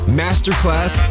masterclass